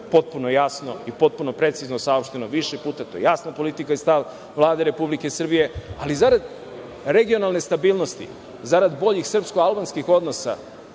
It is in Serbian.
potpuno jasno i potpuno precizno saopšteno više puta, to je jasna politika i stav Vlade Republike Srbije, ali zarad regionalne stabilnosti, zarad boljih srpsko-albanskih odnosa,